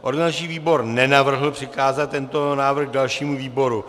Organizační výbor nenavrhl přikázat tento návrh dalšímu výboru.